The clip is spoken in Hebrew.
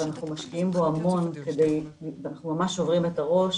ואנחנו משקיעים בו המון ואנחנו ממש שוברים את הראש